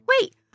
Wait